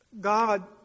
God